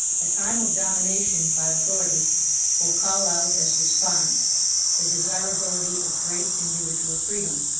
a time of domination by authority will call out as response the desirability of great individual freedom